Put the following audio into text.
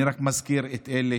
אני רק מזכיר את אלה